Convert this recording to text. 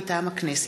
מטעם הכנסת: